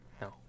No